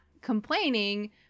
complaining